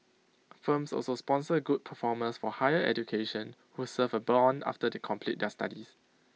firms also sponsor good performers for higher education who serve A Bond after they complete their studies